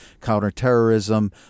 counterterrorism